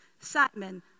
Simon